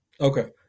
Okay